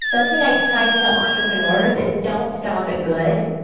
that's what i try to tell entrepreneurs is don't stop at good,